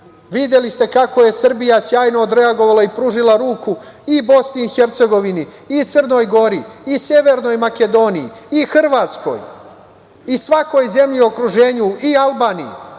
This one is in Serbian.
Videli ste kako je Srbija sjajno odreagovala i pružila ruku i Bosni i Hercegovini i Crnoj Gori i Severnoj Makedoniji i Hrvatskoj i svakoj zemlji u okruženju i Albaniji.